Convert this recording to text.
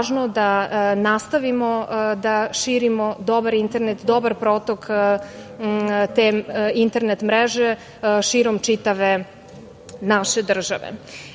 da nastavimo da širimo dobar internet, dobar protok te internet mreže širom čitave naše države.